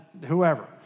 whoever